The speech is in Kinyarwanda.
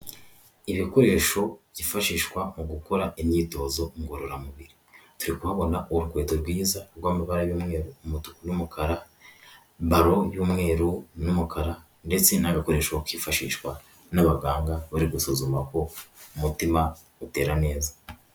Ibikoresho byifashishwa mu gukora imyitozo ngororamubiri, turi kuhabona urukweto rwiza rw'amabara y'umweru, umutuku n'umukara, balo y'umweru n'umukara, ndetse n'agakoresho kifashishwa n'abaganga bari gusuzuma ko umutima utera neza.